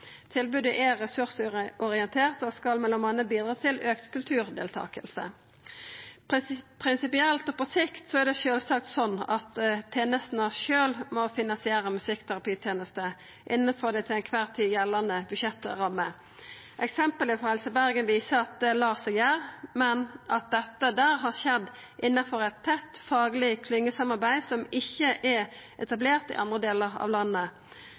Tilbodet er ressursorientert og skal m.a. bidra til auka kulturdeltaking. Prinsipielt og på sikt er det sjølvsagt sånn at tenestene sjølve må finansiera musikkterapiteneste innanfor dei budsjettrammene som til kvar tid gjeld. Eksempelet frå Helse Bergen viser at det lar seg gjera, men at dette der har skjedd innanfor eit tett fagleg klyngesamarbeid som ikkje er etablert i andre delar av landet.